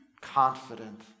confident